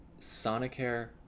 Sonicare